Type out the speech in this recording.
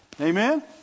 Amen